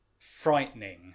Frightening